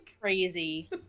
crazy